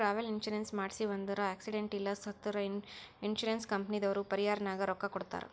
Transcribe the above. travel insurance ಮಾಡ್ಸಿವ್ ಅಂದುರ್ accident ಇಲ್ಲ ಸತ್ತುರ್ ಇನ್ಸೂರೆನ್ಸ್ ಕಂಪನಿದವ್ರು ಪರಿಹಾರನಾಗ್ ರೊಕ್ಕಾ ಕೊಡ್ತಾರ್